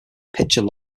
picture